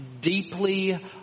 deeply